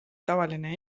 tavaline